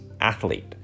athlete